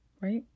right